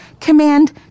Command